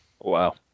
Wow